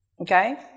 okay